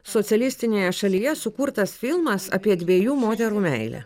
socialistinėje šalyje sukurtas filmas apie dviejų moterų meilę